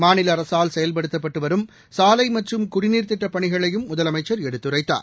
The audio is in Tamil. மாநில அரசால் செயல்படுத்தப்பட்டு வரும் சாலை மற்றும் குடிநீர் திட்டப்பணிகளையும் முதலமைச்சர் எடுத்துரைத்தார்